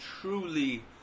truly